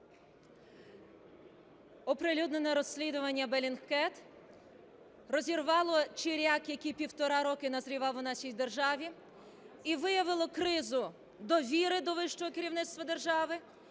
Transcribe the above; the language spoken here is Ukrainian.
Оприлюднене розслідування Bellingcat розірвало чиряк, який півтора року назрівав у нашій державі, і виявило кризу довіри до вищого керівництва держави,